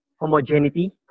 homogeneity